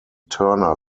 turner